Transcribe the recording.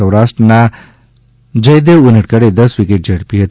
સૌરાષ્ટ્રના જયદેવ ઉનડકટે દસ વિકેટ ઝડપી હતી